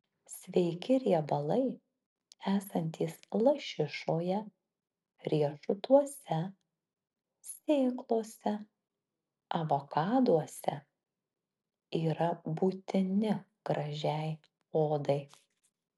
sveiki riebalai esantys lašišoje riešutuose sėklose avokaduose yra būtini gražiai odai